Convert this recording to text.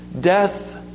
Death